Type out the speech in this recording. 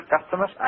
customers